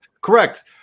Correct